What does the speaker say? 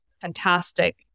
fantastic